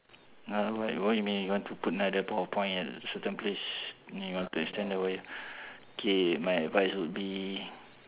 no why what you mean you want to put another power point at a certain place I mean you want to extend the wire K my advice would be